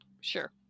Sure